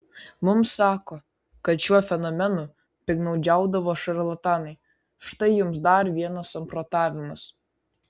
mums sako kad šiuo fenomenu piktnaudžiaudavo šarlatanai štai jums dar vienas samprotavimas